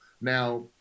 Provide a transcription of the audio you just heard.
Now